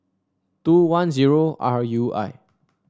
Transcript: two one zero R U I